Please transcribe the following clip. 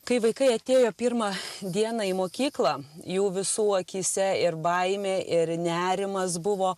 kai vaikai atėjo pirmą dieną į mokyklą jų visų akyse ir baimė ir nerimas buvo